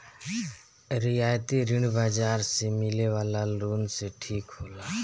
रियायती ऋण बाजार से मिले वाला लोन से ठीक होला